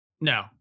No